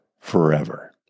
forever